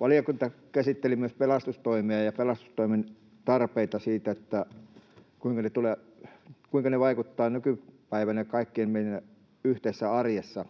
Valiokunta käsitteli myös pelastustoimea ja pelastustoimen tarpeita ja sitä, kuinka ne vaikuttavat nykypäivänä kaikkien meidän yhteisessä arjessa.